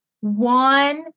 one